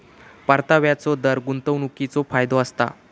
परताव्याचो दर गुंतवणीकीचो फायदो असता